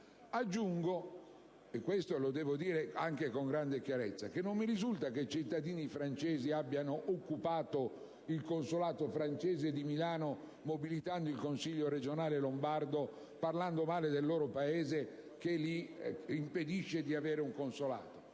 Aggiungo - devo dirlo con grande chiarezza - che non mi risulta che i cittadini francesi abbiano occupato il consolato francese di Milano mobilitando il consiglio regionale lombardo e parlando male del loro Paese che impedisce loro di avere un consolato.